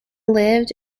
lived